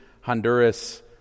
Honduras